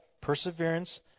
perseverance